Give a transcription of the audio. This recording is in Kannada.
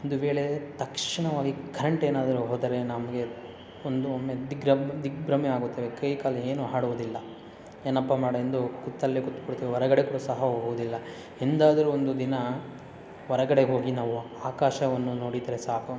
ಒಂದು ವೇಳೆ ತಕ್ಷಣವಾಗಿ ಖರೆಂಟ್ ಏನಾದ್ರೂ ಹೋದರೆ ನಮಗೆ ಒಂದು ಒಮ್ಮೆ ದಿಗ್ರ ದಿಗ್ಭ್ರಮೆ ಆಗುತ್ತವೆ ಕೈ ಕಾಲು ಏನೂ ಆಡುವುದಿಲ್ಲ ಏನಪ್ಪ ಮಾಡೋದೆಂದು ಕೂತಲ್ಲೇ ಕುತ್ಕೊಳ್ತೇವೆ ಹೊರಗಡೆ ಕೂಡ ಸಹ ಹೋಗುವುದಿಲ್ಲ ಎಂದಾದರೂ ಒಂದು ದಿನ ಹೊರಗಡೆ ಹೋಗಿ ನಾವು ಆಕಾಶವನ್ನು ನೋಡಿದರೆ ಸಾಕು